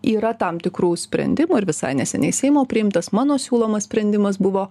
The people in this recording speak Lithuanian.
yra tam tikrų sprendimų ir visai neseniai seimo priimtas mano siūlomas sprendimas buvo